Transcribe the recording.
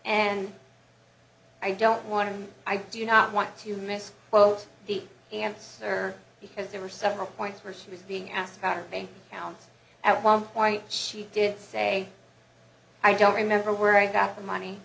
and i don't want to i do not want to misquote the answer because there were several points where she was being asked about her bank accounts at one point she did say i don't remember where i got the money